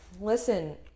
listen